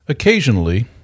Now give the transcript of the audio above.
Occasionally